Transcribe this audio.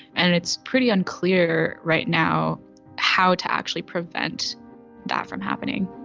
and it's pretty unclear right now how to actually prevent that from happening